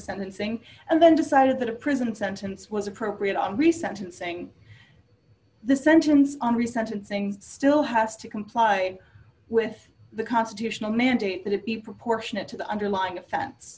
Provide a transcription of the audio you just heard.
sentencing and then decided that a prison sentence was appropriate and recent and saying the sentence omri sentencing still has to comply with the constitutional mandate that it be proportionate to the underlying offense